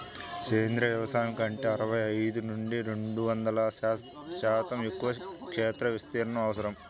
సేంద్రీయ వ్యవసాయం కంటే అరవై ఐదు నుండి రెండు వందల శాతం ఎక్కువ క్షేత్ర విస్తీర్ణం అవసరం